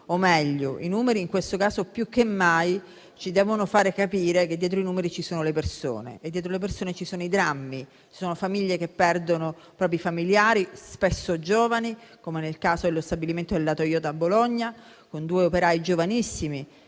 o, meglio, i numeri in questo caso più che mai ci devono fare capire che dietro di essi ci sono le persone e dietro le persone ci sono i drammi, ci sono famiglie che perdono propri familiari, spesso giovani, come nel caso dello stabilimento della Toyota a Bologna, con due operai giovanissimi